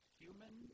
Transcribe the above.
human